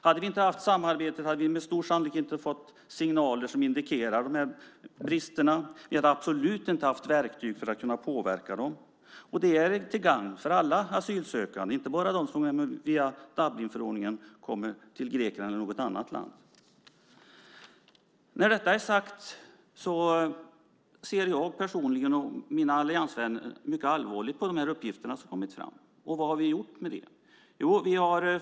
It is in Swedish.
Hade vi inte haft samarbetet hade vi med stor sannolikhet inte fått signaler som indikerar bristerna, och vi hade absolut inte haft verktyg för att kunna påverka dem. Det är till gagn för alla asylsökande, inte bara för dem som genom Dublinförordningen kommer till Grekland eller något annat land. När detta är sagt ser jag personligen och mina alliansvänner mycket allvarligt på de uppgifter som har kommit fram. Vad har vi då gjort med det?